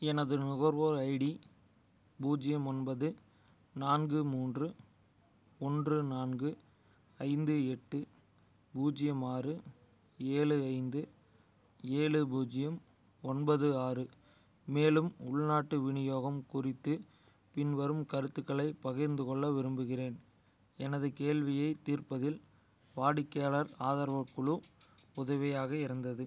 எனது நுகர்வோர் ஐடி பூஜ்ஜியம் ஒன்பது நான்கு மூன்று ஒன்று நான்கு ஐந்து எட்டு பூஜ்ஜியம் ஆறு ஏழு ஐந்து ஏழு பூஜ்ஜியம் ஒன்பது ஆறு மேலும் உள்நாட்டு விநியோகம் குறித்து பின்வரும் கருத்துக்களைப் பகிர்ந்து கொள்ள விரும்புகிறேன் எனது கேள்வியைத் தீர்ப்பதில் வாடிக்கையாளர் ஆதரவுக் குழு உதவியாக இருந்தது